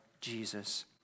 Jesus